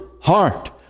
heart